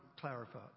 clarify